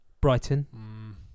Brighton